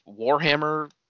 Warhammer